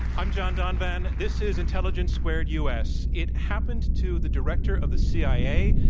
i'm john donvan. this is intelligence squared u. s. it happened to the director of the cia,